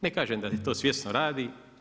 Ne kažem da to svjesno radi.